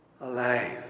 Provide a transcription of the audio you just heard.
alive